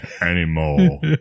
anymore